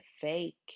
fake